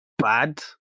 bad